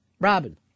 Robin